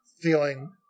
feeling